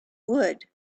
would